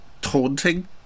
taunting